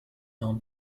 non